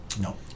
No